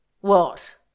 What